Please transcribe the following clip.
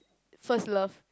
first love